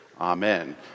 Amen